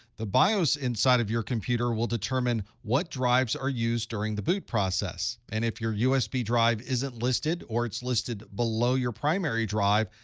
the bios inside of your computer will determine what drives are used during the boot process. and if your usb drive isn't listed, or it's listed below your primary drive,